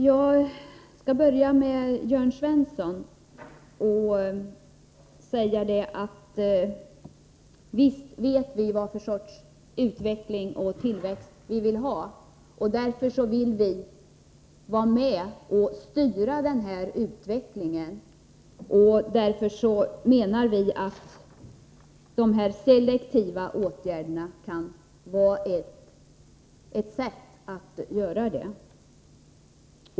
Herr talman! Först till Jörn Svensson: Visst vet vi vad för sorts utveckling och tillväxt vi vill ha. Därför vill vi vara med och styra den här utvecklingen, och därför menar vi att dessa selektiva åtgärder kan vara ett sätt att göra det.